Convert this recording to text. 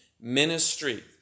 ministry